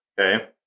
Okay